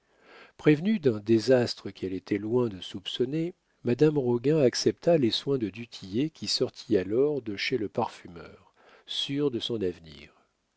prévenue d'un désastre qu'elle était loin de soupçonner madame roguin accepta les soins de du tillet qui sortit alors de chez le parfumeur sûr de son avenir